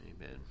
Amen